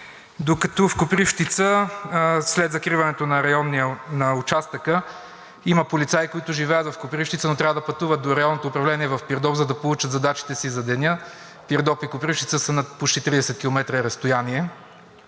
докато в Копривщица, след закриването на участъка, има полицаи, които живеят в Копривщица, но трябва да пътуват до Районното управление в Пирдоп, за да получат задачите си за деня. Пирдоп и Копривщица са на почти 30 км разстояние.